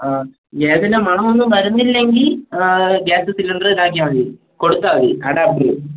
ആ ഗ്യാസിൻ്റെ മണം ഒന്നും വരുന്നില്ലെങ്കിൽ ഗ്യാസ് സിലിണ്ടറ് ഇതാക്കിയാൽ മതി കൊടുത്താൽ മതി അഡാപ്റ്റിൽ